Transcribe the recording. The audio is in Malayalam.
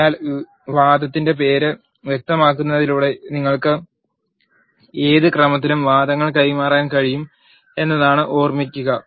അതിനാൽ വാദത്തിന്റെ പേര് വ്യക്തമാക്കുന്നതിലൂടെ നിങ്ങൾക്ക് ഏത് ക്രമത്തിലും വാദങ്ങൾ കൈമാറാൻ കഴിയും എന്നതാണ് ഓർമ്മിക്കുക